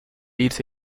irse